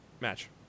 match